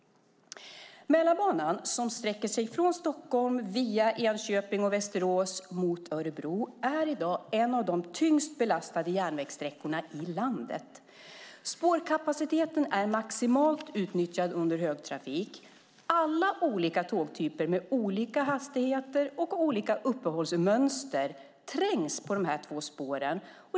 Mälarbanan, som sträcker sig från Stockholm via Enköping och Västerås till Örebro, är i dag en av de tyngst belastade järnvägssträckorna i landet. Spårkapaciteten är maximalt utnyttjad under högtrafik. Alla tågtyper med olika hastigheter och olika uppehållsmönster trängs på de här två spåren.